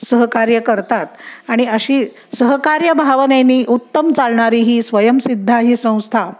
सहकार्य करतात आणि अशी सहकार्यभावनेनी उत्तम चालणारी ही स्वयंसिद्धा ही संस्था